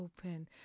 open